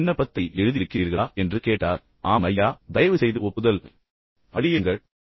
நீங்கள் விண்ணப்பத்தை எழுதியிருக்கிறீர்களா பயிற்றுவிப்பாளர் கேட்டார் ஆம் ஐயா தயவுசெய்து அதைப் பார்த்து ஒப்புதல் அளியுங்கள்